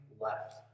left